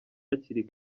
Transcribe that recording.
hakiri